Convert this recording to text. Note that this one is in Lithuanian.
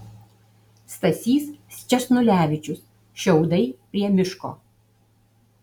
stasys sčesnulevičius šiaudai prie miško